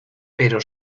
pero